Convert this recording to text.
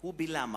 הוא בלמה